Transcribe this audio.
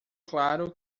claro